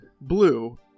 Blue